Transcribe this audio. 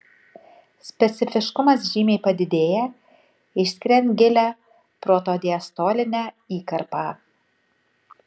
specifiškumas žymiai padidėja išskiriant gilią protodiastolinę įkarpą